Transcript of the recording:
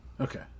Okay